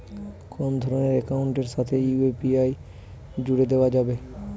কোন ধরণের অ্যাকাউন্টের সাথে ইউ.পি.আই জুড়ে দেওয়া যাবে?